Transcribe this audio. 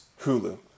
Hulu